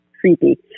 creepy